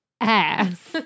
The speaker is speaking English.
ass